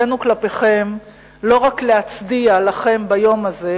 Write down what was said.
חובתנו כלפיכם היא לא רק להצדיע לכם ביום הזה,